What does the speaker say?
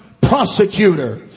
prosecutor